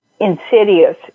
insidious